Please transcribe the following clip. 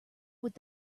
would